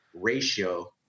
ratio